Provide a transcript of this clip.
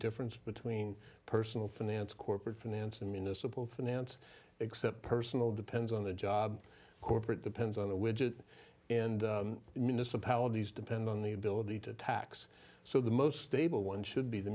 difference between personal finance corporate finance and municipal finance except personal depends on the job corporate depends on the widget and municipalities depend on the ability to tax so the most stable one should be the